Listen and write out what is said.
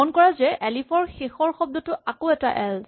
মন কৰা যে এলিফ ৰ শেষৰ শব্দটো আকৌ এটা এল্চ